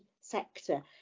sector